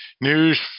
news